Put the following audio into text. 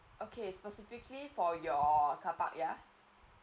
okay specifically for your carpark ya